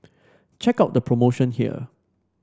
check out the promotion here